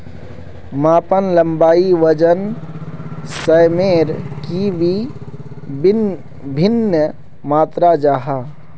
मापन लंबाई वजन सयमेर की वि भिन्न मात्र जाहा?